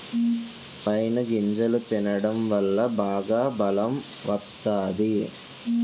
pine గింజలు తినడం వల్ల బాగా బలం వత్తాది